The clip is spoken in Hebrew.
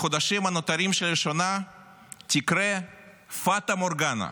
בחודשים הנותרים של השנה תקרה פטה מורגנה,